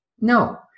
no